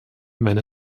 wenn